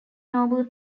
nobel